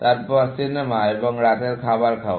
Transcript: তারপর সিনেমা এবং তারপর রাতের খাবার খাওয়া